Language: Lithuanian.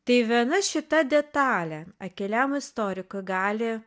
tai viena šita detalė akyliam istorikui gali